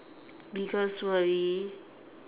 biggest worry